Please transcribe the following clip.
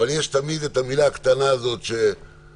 אבל יש תמיד את המילה הקטנה הזאת שמישהו